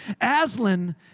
Aslan